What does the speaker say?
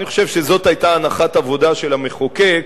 אני חושב שזאת היתה הנחת העבודה של המחוקק,